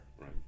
Right